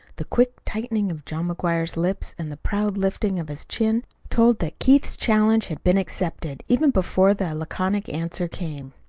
the quick tightening of john mcguire's lips and the proud lifting of his chin told that keith's challenge had been accepted even before the laconic answer came.